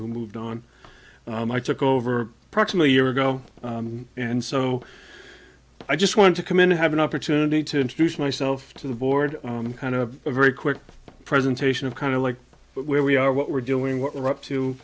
who moved on i took over approximately a year ago and so i just wanted to come in and have an opportunity to introduce myself to the board and kind of a very quick presentation of kind of like where we are what we're doing what we're up